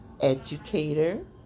Educator